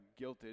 guilted